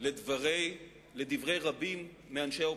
לדברי רבים מאנשי האופוזיציה,